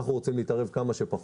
אנחנו רוצים להתערב כמה שפחות,